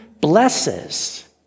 blesses